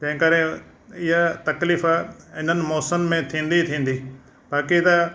तंहिं करे इहा तकलीफ़ु इन्हनि मौसम में थींदी ई थींदी बाक़ी त